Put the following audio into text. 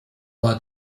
lie